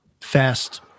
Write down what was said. fast